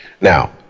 Now